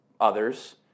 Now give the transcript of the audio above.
others